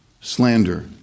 slander